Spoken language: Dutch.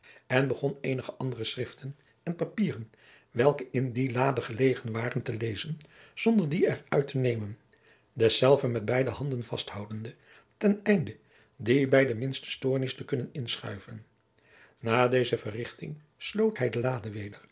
en begon eenige andere schriften en papieren welke in die lade gelegen waren te lezen zonder die er uit te nemen dezelve met beide handen jacob van lennep de pleegzoon vasthoudende ten einde die bij de minste stoornis te kunnen inschuiven na deze verrichting sloot hij de lade